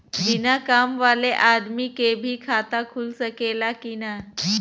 बिना काम वाले आदमी के भी खाता खुल सकेला की ना?